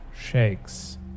shakes